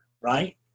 right